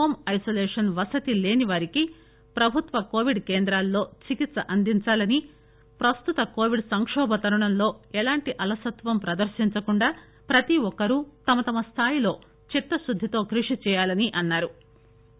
home isolation వసతి లేనివారికి ప్రభుత్వ కోవిడ్ కేంద్రాలలో చికిత్స అందించాలని ప్రస్తుత కోవిడ్ సంకోభ తరుణంలో ఎలాంటి అలసత్వం ప్రదర్రించకుండా ప్రతి ఒక్కరూ తమ తమ స్థాయిలో చిత్తశుద్గితో కృషి చేయాలన్నారు